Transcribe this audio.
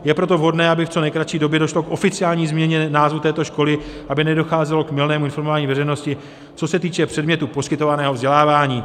Je proto vhodné, aby v co nejkratší době došlo k oficiální změně názvu této školy, aby nedocházelo k mylnému informování veřejnosti, co se týče předmětu poskytovaného vzdělávání.